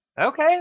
Okay